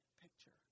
picture